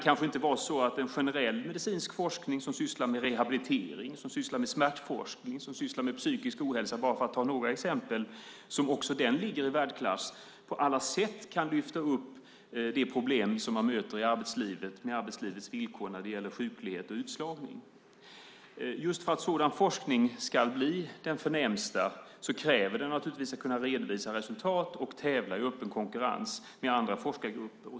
Kan det inte vara så att en generell medicinsk forskning som sysslar med rehabilitering, smärta och psykisk ohälsa, för att ta några exempel, och som också ligger i världsklass på alla sätt kan lyfta upp de problem som man möter i arbetslivet med arbetslivets villkor när det gäller sjuklighet och utslagning? För att sådan forskning ska bli den förnämsta krävs naturligtvis att man redovisar resultat och tävlar i öppen konkurrens med andra forskargrupper.